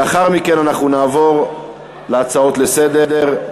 לאחר מכן אנחנו נעבור להצעות לסדר-היום.